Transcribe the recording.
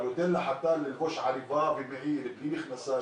אתה נותן לחתן ללבוש חליפה ומעיל בלי מכנסיים?